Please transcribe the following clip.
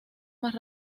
más